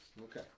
Okay